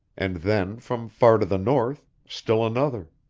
and then, from far to the north, still another.